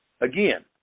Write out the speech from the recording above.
Again